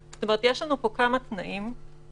זה אומר שיש הרבה אנשים ברחבי העיר.